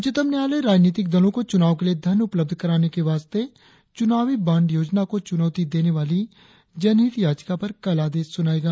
उच्चतम न्यायालय राजनीतिक दलों को चुनाव के लिए धन उपलब्ध कराने के वास्ते चुनावी बॉण्ड योजना को चुनौती देने वाली जनहित याचिका पर कल आदेश सुनाएगा